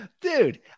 dude